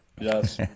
yes